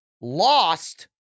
lost